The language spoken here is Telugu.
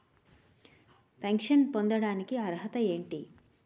పెన్షన్ పొందడానికి అర్హత ఏంటి?